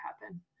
happen